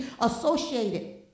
associated